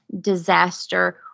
disaster